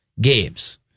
Games